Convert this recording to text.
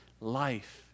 life